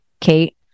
kate